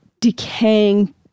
decaying